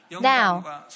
Now